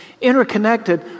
interconnected